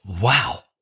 Wow